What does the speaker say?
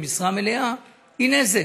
במשרה מלאה היא נזק,